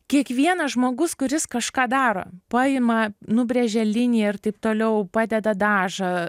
kiekvienas žmogus kuris kažką daro paima nubrėžia liniją ir taip toliau padeda dažą